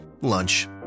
Lunch